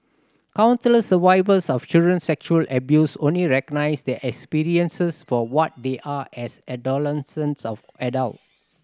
countless survivors of child sexual abuse only recognise their experiences for what they are as adolescents or adults